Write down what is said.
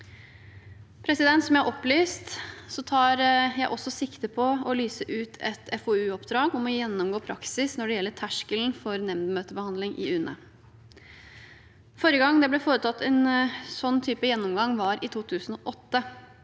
jeg også sikte på å lyse ut et FoU-oppdrag om å gjennomgå praksis når det gjelder terskelen for nemndmøtebehandling i UNE. Forrige gang det ble foretatt en sånn type gjennomgang, var i 2008.